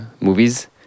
movies